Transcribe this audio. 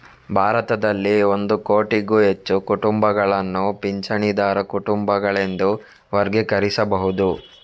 ಭಾರತದಲ್ಲಿ ಒಂದು ಕೋಟಿಗೂ ಹೆಚ್ಚು ಕುಟುಂಬಗಳನ್ನು ಪಿಂಚಣಿದಾರ ಕುಟುಂಬಗಳೆಂದು ವರ್ಗೀಕರಿಸಬಹುದು